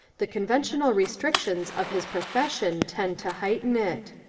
the conventional restrictions of his profession tend to heighten it.